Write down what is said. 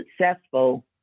successful